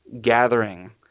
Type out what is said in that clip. gathering